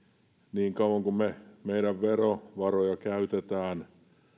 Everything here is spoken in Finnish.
niin kauan kuin meidän verovaroja käytetään